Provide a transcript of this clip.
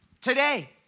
today